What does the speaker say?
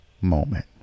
moment